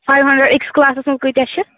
five hundred أکِس کٕلاسَس منٛز کۭتیٛاہ چھِ